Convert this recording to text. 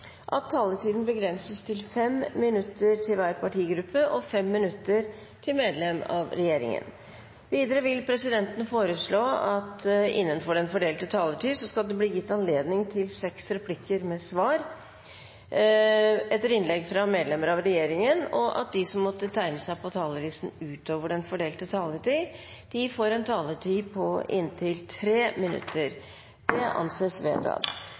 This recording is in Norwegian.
at taletiden begrenses til 5 minutter til hver partigruppe og 5 minutter til medlem av regjeringen. Videre vil presidenten foreslå at det blir gitt anledning til seks replikker med svar etter innlegg fra medlemmer av regjeringen innenfor den fordelte taletid, og at de som måtte tegne seg på talerlisten utover den fordelte taletid, får en taletid på inntil 3 minutter. – Det anses vedtatt.